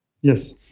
yes